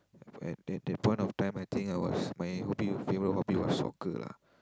at that that point of time I think I was my hobby favourite hobby was soccer lah